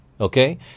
okay